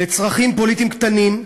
לצרכים פוליטיים קטנים,